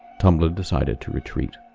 tumblr decided to retreat.